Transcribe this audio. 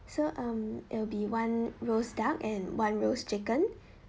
so um it will be one roast duck and one roast chicken